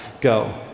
Go